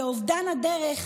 באובדן הדרך,